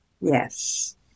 Yes